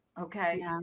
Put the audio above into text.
Okay